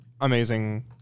amazing